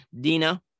Dina